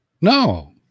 No